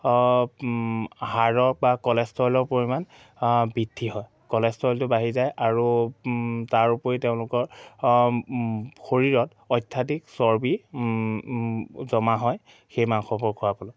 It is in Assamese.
কলেষ্ট্ৰৰেলৰ পৰিমাণ বৃদ্ধি হয় কলেষ্ট্ৰৰেলৰ পৰিমাণ বাঢ়ি যায় আৰু তাৰ উপৰিও তেওঁলোকৰ শৰীৰত অত্যাধিক চৰ্বি জমা হয় সেই মাংসবোৰ খোৱাৰ ফলত